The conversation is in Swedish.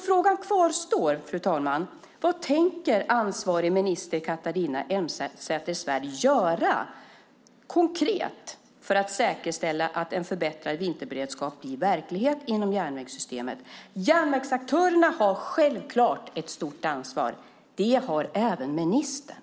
Frågan kvarstår, fru talman: Vad tänker ansvarig minister Catharina Elmsäter-Svärd göra konkret för att säkerställa att en förbättrad vinterberedskap blir verklighet inom järnvägssystemet? Järnvägsaktörerna har självklart ett stort ansvar. Det har även ministern.